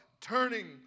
turning